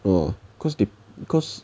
orh cause they cause